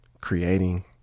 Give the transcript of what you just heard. creating